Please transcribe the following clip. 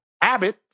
Abbott